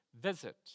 visit